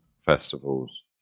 festivals